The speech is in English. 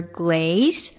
glaze